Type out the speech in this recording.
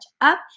up